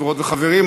חברות וחברים,